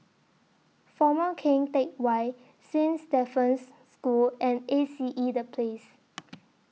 Former Keng Teck Whay Saint Stephen's School and A C E The Place